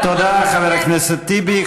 תודה, חבר הכנסת טיבי.